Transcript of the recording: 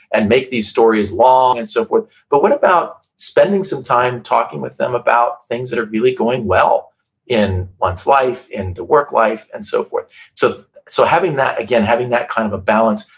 and make these stories long, and so forth. but what about spending some time, talking with them about things that are really going well in one's life, and the work life, and so forth so so having that, again, having that kind of a balance,